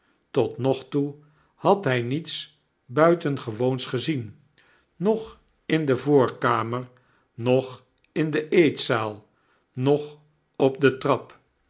tot nog toe had hij niets buitengewoons gezien noch in de voorkamer noch in de eetzaal noch op de trap